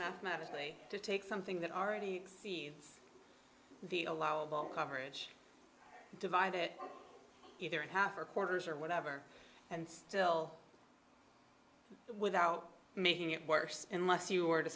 mathematically to take something that already the allowable coverage divide it either in half or quarters or whatever and still without making it worse unless you were to